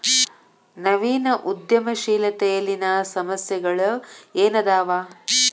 ನವೇನ ಉದ್ಯಮಶೇಲತೆಯಲ್ಲಿನ ಸಮಸ್ಯೆಗಳ ಏನದಾವ